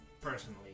personally